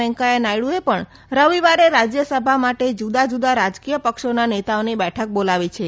વૈકેયા નાયડુએ પણ રવિવારે રાજ્યસભા માટે જુદા જુદા રાજકીય પક્ષોના નેતાઓની બેઠક બોલાવી છે